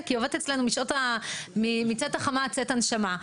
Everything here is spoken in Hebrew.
היא עובדת אצלנו מצאת החמה עד צאת הנשמה,